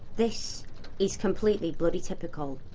this is completely bloody typical!